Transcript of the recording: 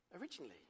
originally